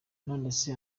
nonese